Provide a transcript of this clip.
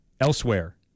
Elsewhere